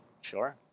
Sure